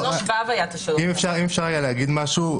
אם אפשר לומר משהו.